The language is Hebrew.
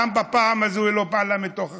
גם בפעם הזו היא לא פעלה מתוך אחריות.